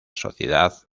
sociedad